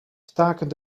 staken